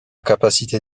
capacité